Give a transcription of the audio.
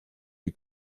est